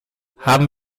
haben